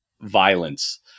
violence